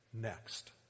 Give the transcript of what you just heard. next